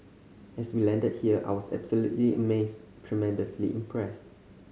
as we landed here I was absolutely amazed tremendously impressed